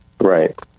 Right